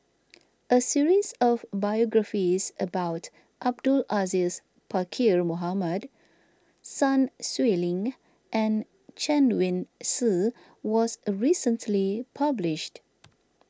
a series of biographies about Abdul Aziz Pakkeer Mohamed Sun Xueling and Chen Wen Hsi was recently published